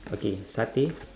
okay satay